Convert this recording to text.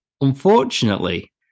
Unfortunately